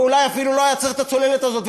ואולי אפילו לא היה צריך את הצוללת הזאת,